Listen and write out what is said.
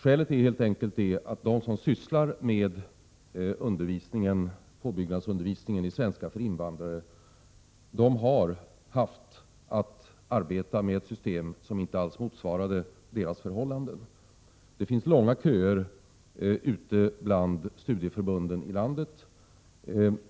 Skälet är helt enkelt att de som sysslar med påbyggnadsundervisningen i svenska för invandrare har haft att arbeta med ett system som inte alls motsvarade deras förhållanden. Det finns långa köer ute bland studieförbunden i landet.